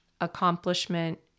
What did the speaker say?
accomplishment